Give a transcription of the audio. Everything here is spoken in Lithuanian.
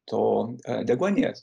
to deguonies